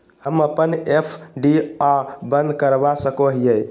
हम अप्पन एफ.डी आ बंद करवा सको हियै